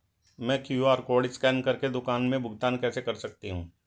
मैं QR code scan कर के दुकान में भुगतान कैसे कर सकती हूँ?